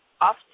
often